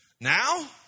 Now